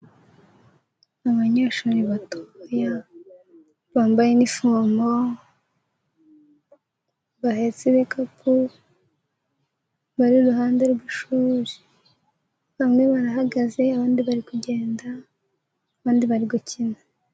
Abanyeshuri batoya bambaye inifomo, bahetse ibikapu bari iruhande rw'ishuri, bamwe barahagaze abandi bari kugenda abandi bari gukina.